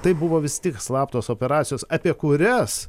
tai buvo vis tik slaptos operacijos apie kurias